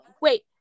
Wait